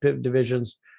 divisions